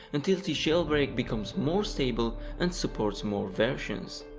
until this jailbreak becomes more stable and supports more versions.